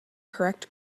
correct